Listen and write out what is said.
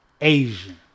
Asian